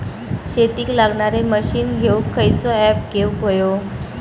शेतीक लागणारे मशीनी घेवक खयचो ऍप घेवक होयो?